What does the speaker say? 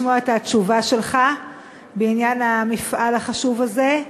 לשמוע את התשובה שלך בעניין המפעל החשוב הזה.